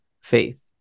faith